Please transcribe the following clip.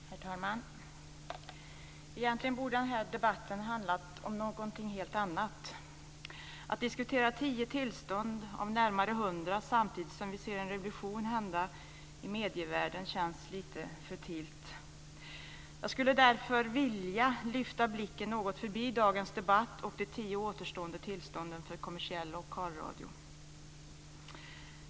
Herr talman! Egentligen borde den här debatten ha handlat om någonting helt annat. Att diskutera tio tillstånd av närmare hundra samtidigt som vi ser en revolution inträffa i medievärlden känns lite futilt. Jag skulle därför vilja lyfta blicken något förbi dagens debatt och de tio återstående tillstånden för kommersiell lokalradio.